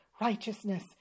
righteousness